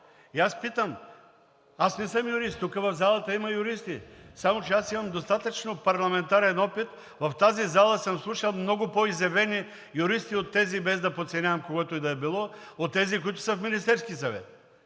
Аз питам. Аз не съм юрист, тук, в залата има юристи, само че аз имам достатъчно парламентарен опит – в тази зала съм слушал много по-изявени юристи от тези, без да подценявам когото и да било, от тези, които са в Министерския съвет!